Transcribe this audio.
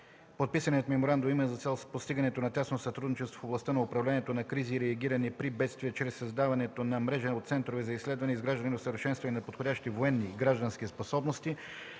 Подписаният меморандум има за цел постигането на тясно сътрудничество в областта на управлението на кризи и реагиране при бедствия чрез създаването на мрежа от центрове за изследване, изграждане и усъвършенстване на подходящи военни и граждански способности,